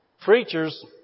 Preachers